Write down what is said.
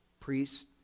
priests